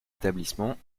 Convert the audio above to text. établissements